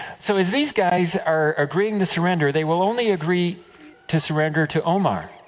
so, as these guys are agreeing to surrender, they will only agree to surrender to omar.